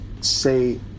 say